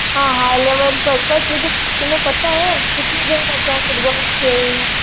हाँ हाँ लेवल तब तक तुझे तुम्हें पता है कितने जन लगते हैं फुटबॉल खेलने